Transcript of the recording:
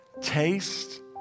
taste